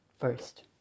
first